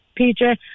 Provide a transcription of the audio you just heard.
PJ